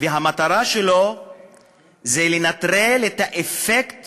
המטרה שלו זה לנטרל את האפקט